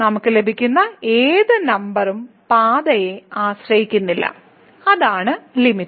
നമുക്ക് ലഭിക്കുന്ന ഏത് നമ്പറും പാതയെ ആശ്രയിക്കുന്നില്ല അതാണ് ലിമിറ്റ്